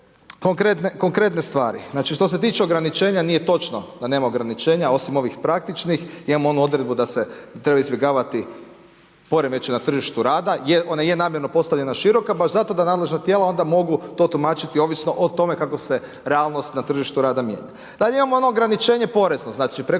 Konkretne stvari, znači što se tiče ograničenja, nije točno da nema ograničenja, osim ovih praktičnih. Imamo onu odredbu da se treba izbjegavati poremećaj na tržištu rada. Jer ona je namjerno postavljena široka, baš zato da nadležna tijela mogu to tumačiti ovisno o tome kako se realnost na tržištu rada mijenja. Dalje, imamo ono ograničenje porezno,